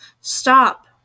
Stop